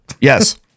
Yes